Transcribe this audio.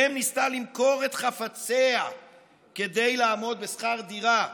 מ' ניסתה למכור את חפציה כדי לעמוד בשכר דירה.